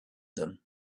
them